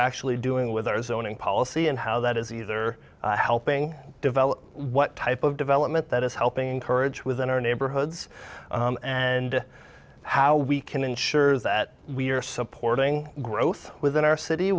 actually doing with arizona policy and how that is either helping develop what type of development that is helping encourage within our neighborhoods and how we can ensure that we're supporting growth within our city